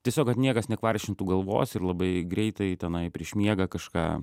tiesiog kad niekas nekvaršintų galvos ir labai greitai tenai prieš miegą kažką